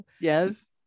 yes